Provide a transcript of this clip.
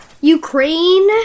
Ukraine